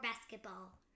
basketball